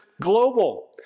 global